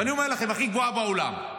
ואני אומר לכם, הכי גבוהה בעולם.